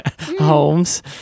Holmes